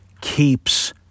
keeps